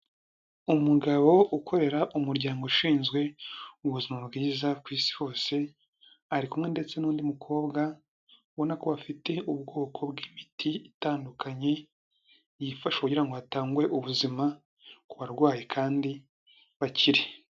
Umugabo ukorera umuryango ushinzwe ubuzima bwiza ku isi hose, ari kumwe ndetse n'undi mukobwa ubona ko afite ubwoko bw'imiti itandukanye yifashishwa kugira ngo hatange ubuzima ku barwayi kandi bakire.